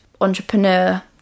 entrepreneur